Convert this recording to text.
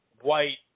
White